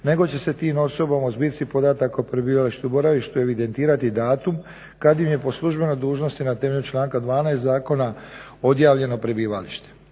nego će se tim osobama u zbirci podataka o prebivalištu i boravištu evidentirati datum kad im je po službenoj dužnosti na temelju članka 12. zakona odjavljeno prebivalište.